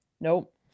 nope